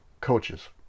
coaches